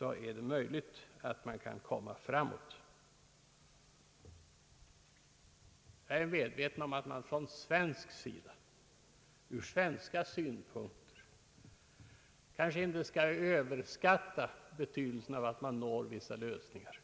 är det möjligt att man kan komma framåt. Jag är medveten om att man ur svenska synpunkter kanske inte skall överskatta betydelsen av att man når vissa lösningar.